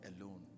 alone